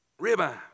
ribeye